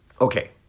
Okay